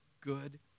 good